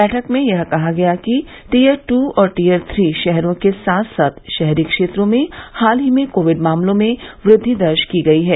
बैठक में यह कहा गया कि टीयर टू और टीयर थ्री शहरों के साथ साथ शहरी क्षेत्रों में हाल ही में कोविड मामलों में वृद्वि दर्ज की गई है